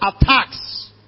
attacks